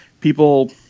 people